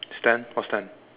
stand what stand